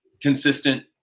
consistent